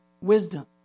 wisdom